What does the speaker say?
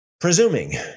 Presuming